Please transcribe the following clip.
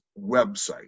website